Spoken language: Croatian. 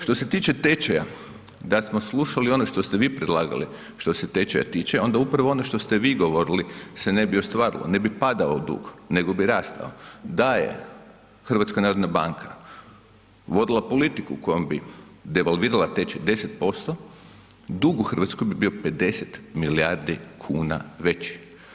Što se tiče tečaja, da smo slušali ono što ste vi predlagali što se tečaja tiče onda upravo ono što ste vi govorili se ne bi ostvarilo, ne bi padao dug nego bi rastao, da je HNB vodila politiku kojom bi devalvirala tečaj 10%, dug u Hrvatskoj bi bio 50 milijardi kuna veći.